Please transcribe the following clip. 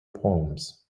poems